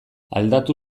aldatu